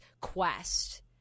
quest